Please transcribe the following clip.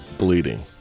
bleeding